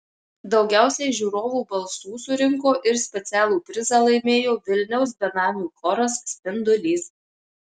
daugiausiai žiūrovų balsų surinko ir specialų prizą laimėjo vilniaus benamių choras spindulys